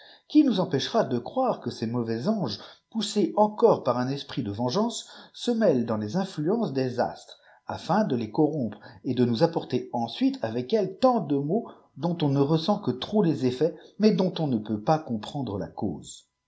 qui nous empêchera de croire que ces mauvais anges poussés encore par un esprit de vengeance se mêlent dans les influences des astres afin de les corrompre et de nous apporter ensuite avec elles tant de maux dont on ne ressent que trop les effets mais dont on ne peut pas comprendre la cause